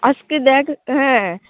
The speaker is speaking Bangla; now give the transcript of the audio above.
আজকে দেখ হ্যাঁ